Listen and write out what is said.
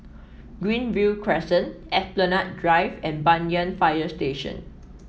Greenview Crescent Esplanade Drive and Banyan Fire Station